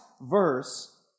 verse